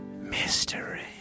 Mystery